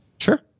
Sure